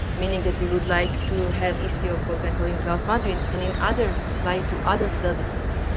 meaning, that we would like to have istio, for example, in cloud foundering and in other apply it to other services,